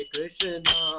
Krishna